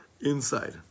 inside